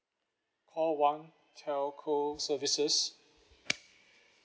call one telco services